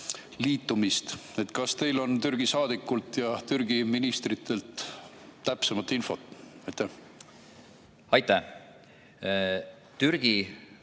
liitumist. Kas teil on Türgi saadikult ja Türgi ministritelt täpsemat infot? Austatud